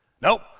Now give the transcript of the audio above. Nope